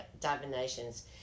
divinations